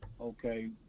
Okay